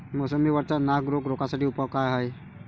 मोसंबी वरचा नाग रोग रोखा साठी उपाव का हाये?